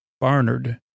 Barnard